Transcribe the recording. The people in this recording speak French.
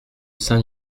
saint